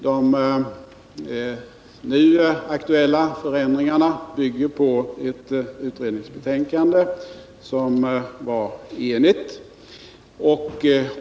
De nu aktuella ändringsförslagen bygger på ett utredningsbetänkande som var enhälligt.